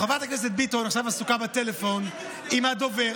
חברת הכנסת ביטון עסוקה עכשיו בטלפון עם הדובר.